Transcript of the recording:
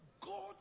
God